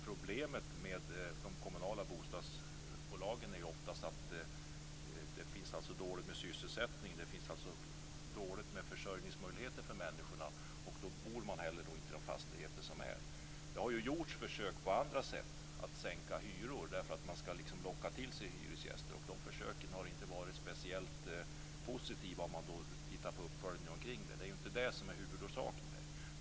Problemet med de kommunala bostadsbolagen är oftast att det är dåligt med sysselsättning, dvs. det finns dåliga försörjningsmöjligheter för människorna. Då bor de inte heller i de fastigheter som finns. Det har gjorts försök att t.ex. sänka hyror, för att på så sätt locka till sig hyresgäster. De försöken har inte utfallit positivt vid uppföljningen. Så det är inte huvudorsaken.